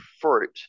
fruit